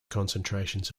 concentrations